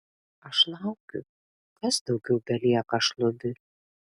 aš laukiu kas daugiau belieka šlubiui